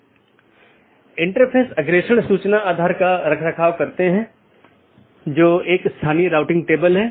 इसलिए पथ को गुणों के प्रकार और चीजों के प्रकार या किस डोमेन के माध्यम से रोका जा रहा है के रूप में परिभाषित किया गया है